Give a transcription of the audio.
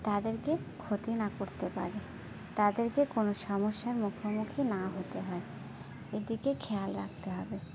তাদেরকে ক্ষতি না করতে পারে তাদেরকে কোনো সমস্যার মুখোমুখি না হতে হয় এ দিকে খেয়াল রাখতে হবে